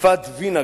אספת וינה.